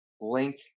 link